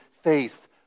faith